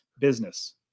business